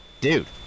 dude